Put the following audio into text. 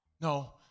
no